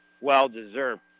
well-deserved